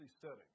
setting